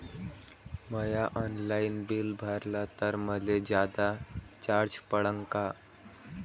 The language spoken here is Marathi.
म्या ऑनलाईन बिल भरलं तर मले जादा चार्ज पडन का?